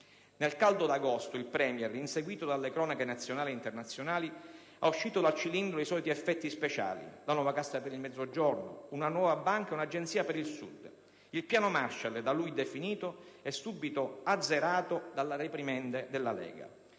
Nel caldo d'agosto il Premier, inseguito dalle cronache nazionali e internazionali, ha tirato fuori dal cilindro i soliti effetti speciali: la nuova Cassa per il Mezzogiorno, una nuova banca e un'Agenzia per il Sud. Il piano Marshall, così da lui definito, è stato subito azzerato dalle reprimende della Lega.